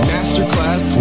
Masterclass